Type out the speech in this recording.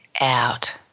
out